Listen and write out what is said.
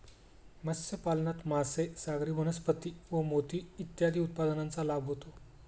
मत्स्यपालनात मासे, सागरी वनस्पती व मोती इत्यादी उत्पादनांचा लाभ होतो